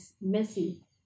messy